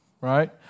Right